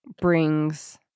brings